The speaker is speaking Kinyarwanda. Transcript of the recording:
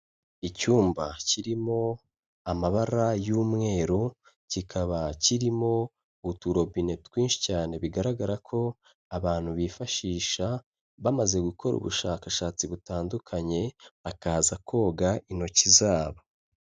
Icyumba kirimo amabara y'umweru, kikaba kirimo uturobine twinshi cyane bigaragara ko abantu bifashisha bamaze gukora ubushakashatsi butandukanye, bakaza koga intoki zabo.